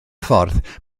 ffordd